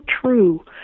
true